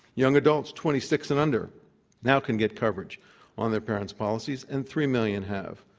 young adults twenty six and under now can get coverage on their parents' policies, and three million have.